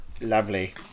Lovely